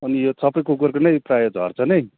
अनि यो सबै कुकुरको प्राय झर्छ नै